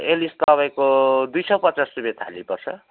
Alice तपाईँको दुई सय पचास रुपियाँ थाली पर्छ